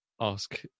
ask